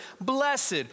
blessed